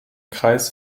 kreis